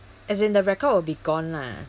as in the record will be gone lah